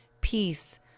peace